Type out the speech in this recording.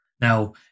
Now